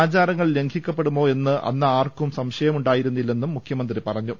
ആചാരങ്ങൾ ലംഘിക്ക പ്പെടുമോ എന്ന് അന്ന് ആർക്കും സംശയമുണ്ടായി രുന്നില്ലെന്നും മുഖ്യമന്ത്രി പറഞ്ഞു